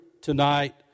tonight